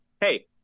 Hey